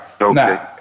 Okay